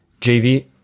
JV